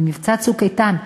במבצע "צוק איתן",